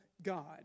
God